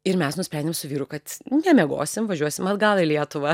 ir mes nusprendėm su vyru kad nemiegosim važiuosim atgal į lietuvą